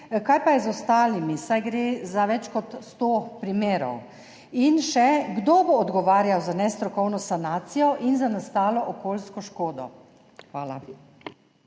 Kaj pa je z ostalimi, saj gre za več kot 100 primerov? Kdo bo odgovarjal za nestrokovno sanacijo in za nastalo okoljsko škodo? Hvala.